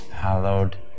hallowed